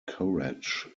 courage